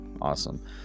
Awesome